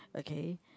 okay